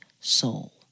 soul